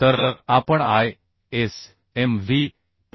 तर आपण ISMV